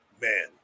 Man